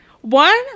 One